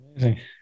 amazing